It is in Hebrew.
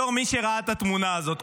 בתור מי שראה את התמונה הזאת,